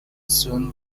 soon